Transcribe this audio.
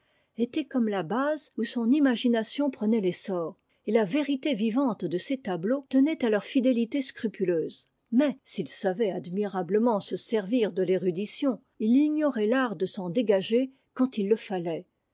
était comme la base d'où son imagination prenait l'essor et la vérité vivante de ses tableaux tenait à leur fidélité scrupuleuse mais s'il savait admirablement se servir de l'érudition il ignorait l'art de s'en dégager quand il le fallait